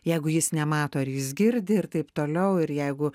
jeigu jis nemato ar jis girdi ir taip toliau ir jeigu